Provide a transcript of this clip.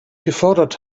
gefordert